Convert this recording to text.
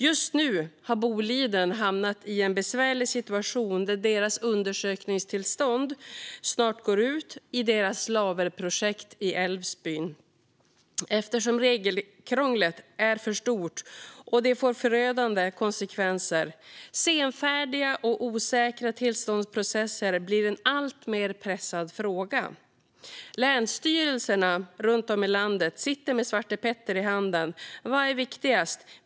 Just nu har Boliden hamnat i en besvärlig situation, där undersökningstillståndet snart går ut i deras Laverprojekt i Älvsbyn. Regelkrånglet är för stort, och det får förödande konsekvenser. Senfärdiga och osäkra tillståndsprocesser blir en alltmer pressande fråga. Länsstyrelserna runt om i landet sitter med Svarte Petter i handen: Vad är viktigast?